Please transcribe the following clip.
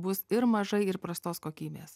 bus ir mažai ir prastos kokybės